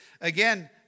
again